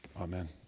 Amen